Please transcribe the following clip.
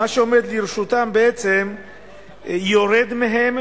מה שעומד לרשותם בעצם יורד מהם,